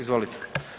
Izvolite.